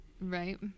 Right